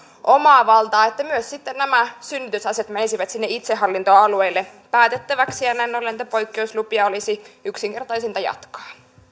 omaa valtaa että myös sitten nämä synnytysasiat menisivät sinne itsehallintoalueille päätettäväksi ja ja näin ollen näitä poikkeuslupia olisi yksinkertaisinta jatkaa